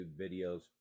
videos